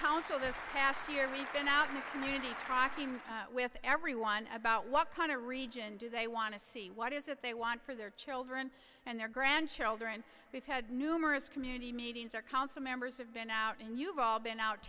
this past year we've been out in communities rocking with everyone about what kind of region do they want to see what is it they want for their children and their grandchildren we've had numerous community meetings or council members have been out and you've all been out